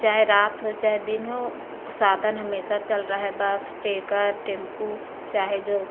चाहे रात हो चाहे दिन हो साधन हमेशा चल रहा है बस टैंकर टेंपू चाहे जो